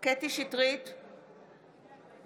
קטי קטרין שטרית,